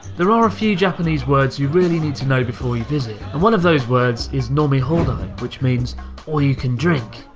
there are a few japanese words you really need to know before you visit. and one of those words is nomihoudai which means all you can drink!